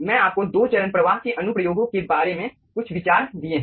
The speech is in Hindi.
मैं आपको दो चरण प्रवाह के अनुप्रयोगों के बारे में कुछ विचार दिए हैं